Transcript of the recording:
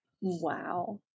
Wow